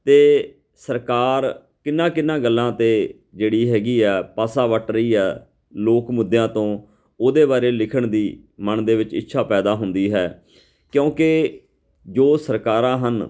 ਅਤੇ ਸਰਕਾਰ ਕਿੰਨ੍ਹਾਂ ਕਿੰਨ੍ਹਾਂ ਗੱਲਾਂ ਤੋਂ ਜਿਹੜੀ ਹੈਗੀ ਆ ਪਾਸਾ ਵੱਟ ਰਹੀ ਆ ਲੋਕ ਮੁੱਦਿਆਂ ਤੋਂ ਉਹਦੇ ਬਾਰੇ ਲਿਖਣ ਦੀ ਮਨ ਦੇ ਵਿੱਚ ਇੱਛਾ ਪੈਦਾ ਹੁੰਦੀ ਹੈ ਕਿਉਂਕਿ ਜੋ ਸਰਕਾਰਾਂ ਹਨ